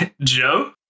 Joe